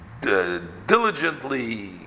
diligently